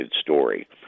story